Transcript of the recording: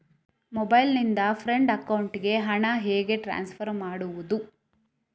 Mobile ನಿಂದ friend ಅಕೌಂಟಿಗೆ ಹಣ ಹೇಗೆ ಟ್ರಾನ್ಸ್ಫರ್ ಮಾಡುವುದು?